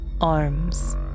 Arms